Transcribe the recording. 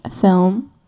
film